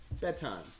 Bedtime